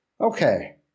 Okay